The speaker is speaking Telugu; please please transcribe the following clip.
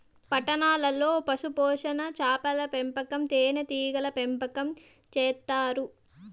పట్టణాల్లో పశుపోషణ, చాపల పెంపకం, తేనీగల పెంపకం చేత్తారు